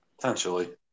Potentially